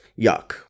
yuck